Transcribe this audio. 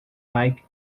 like